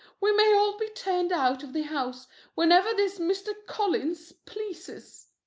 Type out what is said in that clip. we may all be turned out of the house whenever this mr. collins pleases.